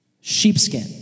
Sheepskin